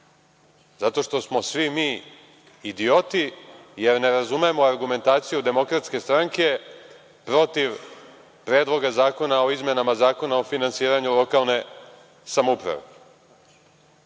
zato što smo svi mi idioti, jer ne razumemo argumentaciju DS protiv Predloga zakona o izmenama Zakona o finansiranju lokalne samouprave.